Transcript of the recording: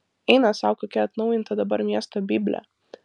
eina sau kokia atnaujinta dabar miesto biblė